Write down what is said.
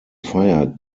fired